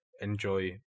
enjoy